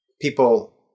people